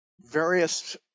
various